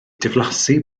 diflasu